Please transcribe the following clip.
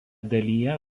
dalyje